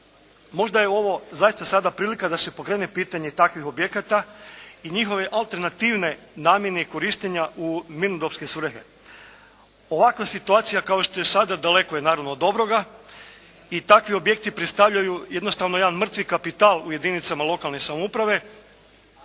Možda je ovo zaista sada prilika da se pokrene pitanje takvih projekata i njihove alternativne namjene i korištenja u mirnodopske svrhe. Ovakva situacija kao što je sada daleko je naravno od dobroga i takvi objekti predstavljaju jednostavno jedan mrtvi kapital u jedinicama lokalne samouprave